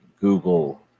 Google